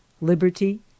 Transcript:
liberty